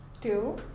two